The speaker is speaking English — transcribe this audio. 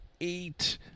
eight